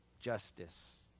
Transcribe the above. justice